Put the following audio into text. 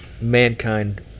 mankind